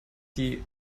die